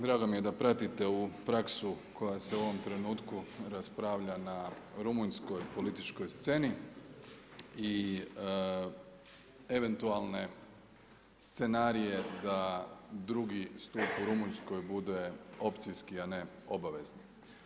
Drago mi je da pratite ovu praksu koja se u ovom trenutku raspravlja na rumunjskoj političkoj sceni i eventualne i scenarije da drugi stup u rumunjskoj bude opcijski, a ne obavezni.